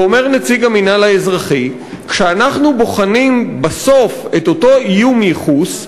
ואומר נציג המינהל האזרחי: "כשאנחנו בוחנים בסוף את אותו איום ייחוס,